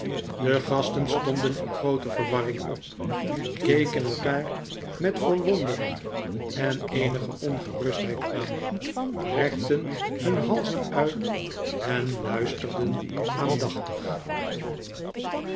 de gasten stonden in groote verwarring op keken elkaar met verwondering en eenige ongerustheid aan rekten hun halzen uit en luisterden aandachtig